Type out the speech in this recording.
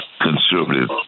conservative